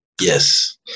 yes